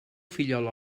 fillol